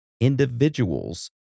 individuals